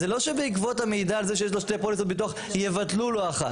זה לא שבעקבות המידע על זה שיש לו שתי פוליסות ביטוח יבטלו לו אחת,